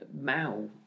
Mao